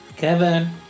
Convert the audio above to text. Kevin